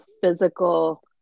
physical